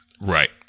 Right